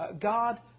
God